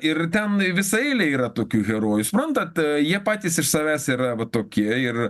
ir ten visa eilė yra tokių herojų suprantat e jie patys iš savęs yra va tokie ir